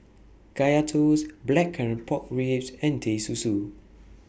Kaya Toast Blackcurrant Pork Ribs and Teh Susu